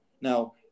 Now